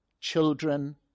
children